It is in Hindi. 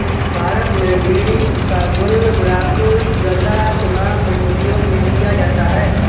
भारत में बीड़ी हुक्का गुल गुड़ाकु जर्दा किमाम में उपयोग में किया जाता है